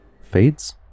fades